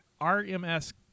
RMS